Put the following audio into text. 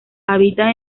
habitan